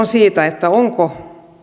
siitä onko